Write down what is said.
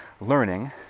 learning